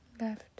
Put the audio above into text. left